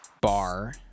bar